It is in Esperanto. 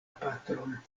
patron